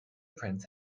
prince